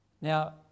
Now